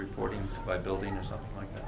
reporting by building or something like that